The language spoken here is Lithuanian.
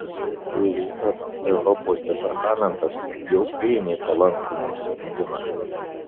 tvf europos departamentas jau priėmė palankų mums sprendimą